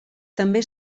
també